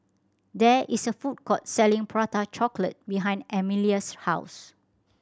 there is a food court selling Prata Chocolate behind Emilia's house